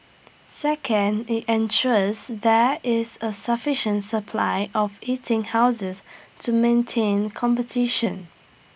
second IT ensures there is A sufficient supply of eating houses to maintain competition